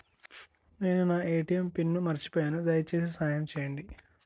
నేను నా ATM pin మర్చిపోయాను, దయచేసి సహాయం చేయండి